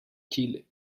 chile